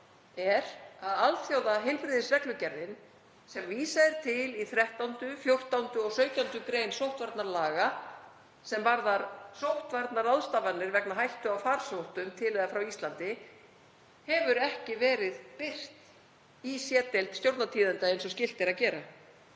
er að alþjóðaheilbrigðisreglugerðin, sem vísað er til í 13., 14. og 17. gr. sóttvarnalaga sem varðar sóttvarnaráðstafanir vegna hættu á farsóttum til eða frá Íslandi, hefur ekki verið birt í C-deild Stjórnartíðinda eins og skylt er að gera.